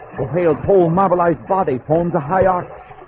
ohayo, stole marbleized body forms a high arch,